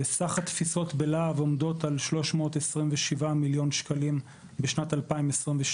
סך התפיסות בלהב עומדות על 327 מיליון שקלים בשנת 2022,